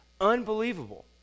Unbelievable